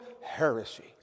heresy